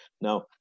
Now